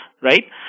right